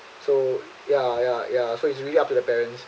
so ya ya ya so it's really up to the parents